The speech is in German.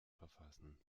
verfassen